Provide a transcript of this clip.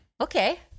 Okay